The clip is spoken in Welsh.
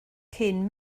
cyn